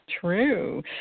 true